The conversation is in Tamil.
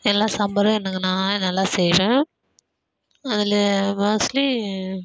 எல்லா சாம்பாரும் எனக்கு நான் நல்லா செய்வேன் அதில் மோஸ்லி